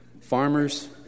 farmers